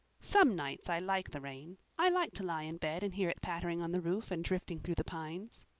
some nights i like the rain i like to lie in bed and hear it pattering on the roof and drifting through the pines.